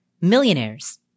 millionaires